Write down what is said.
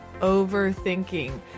overthinking